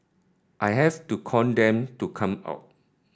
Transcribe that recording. I have to con them to come out